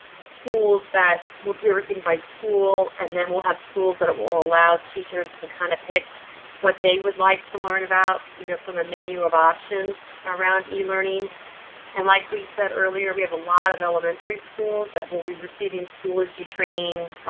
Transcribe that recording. schools that will do everything by school and then we'll have schools that will will allow teachers to kind of pick what they would like to learn about. you know from a menu of options around e learning and like we said earlier, we have a lot of elementary schools that will be receiving schoology training.